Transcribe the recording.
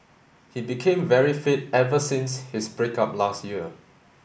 he became very fit ever since his break up last year